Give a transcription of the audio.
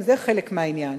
גם זה חלק מהעניין.